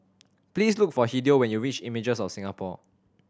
please look for Hideo when you reach Images of Singapore